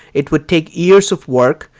it would take years of work,